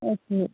okay